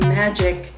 magic